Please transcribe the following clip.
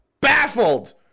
Baffled